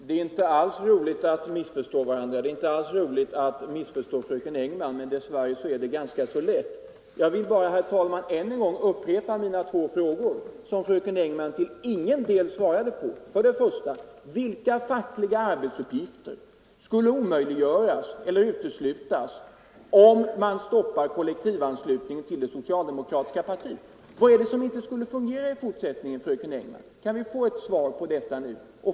Herr talman! Det är inte alls roligt att missförstå varandra, och det är inte alls roligt att missförstå fröken Engman, men dess värre är det ganska lätt. Jag vill än en gång upprepa mina två frågor, som fröken Engman till ingen del svarade på. Alltså för det första: Vilka fackliga arbetsuppgifter skulle omöjliggöras eller uteslutas om man stoppade kollektivanslutningen till det socialdemokratiska partiet? Vad är det som inte skulle fungera i fortsättningen, fröken Engman? Kan vi få svar på detta nu.